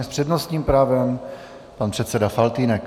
S přednostním právem pan předseda Faltýnek.